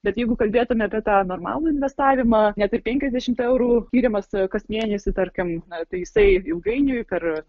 bet jeigu kalbėtume apie tą normalų investavimą net ir penkiasdešimt eurų skyrimas kas mėnesį tarkim na tai jisai ilgainiui per